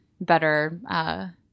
better –